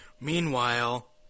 Meanwhile